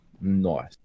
Nice